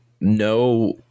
No